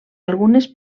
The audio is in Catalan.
algunes